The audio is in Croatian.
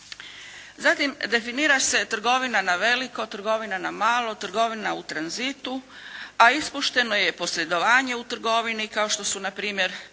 Zatim, definira se trgovina na veliko, trgovina na malo, trgovina u tranzitu, a ispušteno je posredovanje u trgovini kao što su na primjer